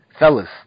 Fellas